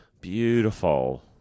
Beautiful